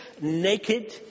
naked